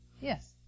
Yes